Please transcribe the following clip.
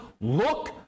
Look